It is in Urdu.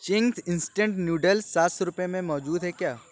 چنگز انسٹنٹ نوڈلز سات سو روپے میں موجود ہے کیا